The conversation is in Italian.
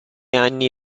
anni